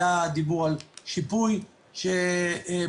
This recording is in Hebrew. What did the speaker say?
היה דיבור על שיפוי שבוצע,